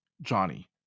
Johnny